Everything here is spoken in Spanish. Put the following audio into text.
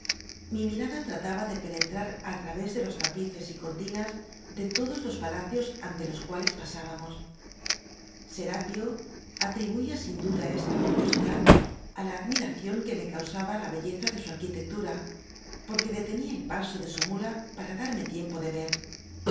mi mirada trataba de penetrar átra vés de los tapices y cortinas de todos los pala cios ante los cuales pasábamos sera pío atribuía sin duda esta curiosidad á la admiración queme causaba la belleza de su arquitectura porque detenía el paso de su mula para darme tiempo de ver